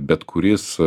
bet kuris